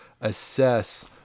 assess